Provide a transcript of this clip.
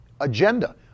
agenda